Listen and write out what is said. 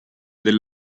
del